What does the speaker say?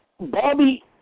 Bobby